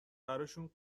براشون